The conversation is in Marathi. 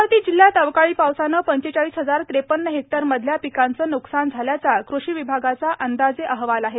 अमरावती जिल्ह्यात अवकाळी पावसानं पंचेचाळीस हजार ट्रेपन्न हेक्टर मधल्या पिकांचं न्कसान झाल्याचा कृषी विभागाचा अंदाजे अहवाल आहे